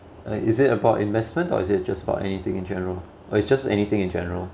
is it about investment or is it just about anything in general or it's just anything in general